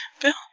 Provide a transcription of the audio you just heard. Bill